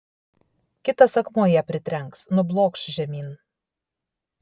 kitas akmuo ją pritrenks nublokš žemyn